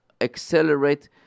accelerate